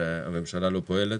והממשלה לא פועלת.